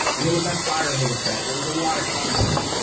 and it was that firehose effect. there was a lot of content,